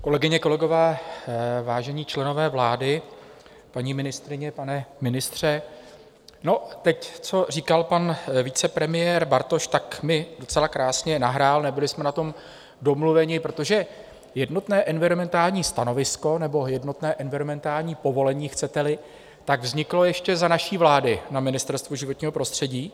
Kolegyně, kolegové, vážení členové vlády, paní ministryně, pane ministře, no, teď co říkal pan vicepremiér Bartoš, mi docela krásně nahrálo, nebyli jsme na tom domluveni, protože jednotné environmentální stanovisko nebo jednotné environmentální povolení, chceteli, vzniklo ještě za naší vlády na Ministerstvu životního prostředí.